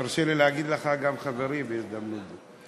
תרשה לי להגיד לך גם "חברי" בהזדמנות זו.